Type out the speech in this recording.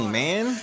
man